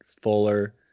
Fuller